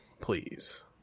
please